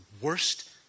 worst